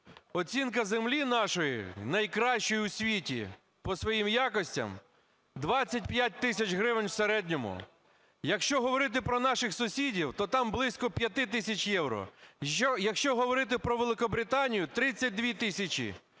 Оцінка землі нашої, найкращої у світі по своїм якостям, 25 тисяч гривень в середньому. Якщо говорити про наших сусідів, то там близько 5 тисяч євро. Якщо говорити про Великобританію – 32 тисячі,